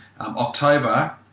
October